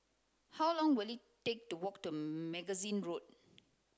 how long will it take to walk to Magazine Road